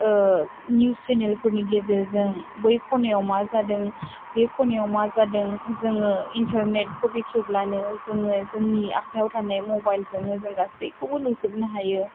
ओह नियुज सेनेलफोरनि गेजेरजों बै खनायाव मा जादों बे खनायाव मा जादों जोङो इन्टरनेटखौ बेखेवब्लानो जोङो जोंनि आखाइयाव थानाइ मबाइजोंनो जों गासैखौबो नुजोबनो हायो